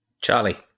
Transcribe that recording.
Charlie